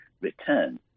return